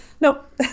Nope